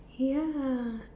ya